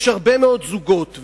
יש הרבה מאוד זוגות,